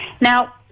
Now